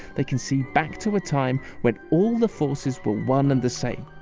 they can see back to a time when all the forces were one and the same,